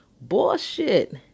Bullshit